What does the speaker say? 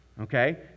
Okay